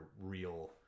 real